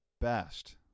best